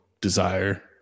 desire